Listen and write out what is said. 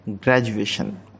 graduation